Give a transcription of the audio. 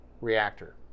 reactor